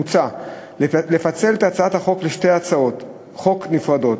מוצע לפצל את הצעת החוק לשתי הצעות חוק נפרדות.